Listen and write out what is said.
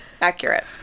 accurate